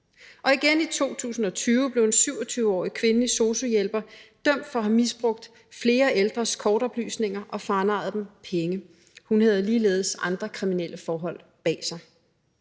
Og igen i 2020 blev en 27-årig kvindelig sosu-hjælper dømt for at have misbrugt flere ældres kortoplysninger og franarret dem penge; hun havde ligeledes andre kriminelle forhold bag sig.